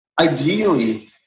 ideally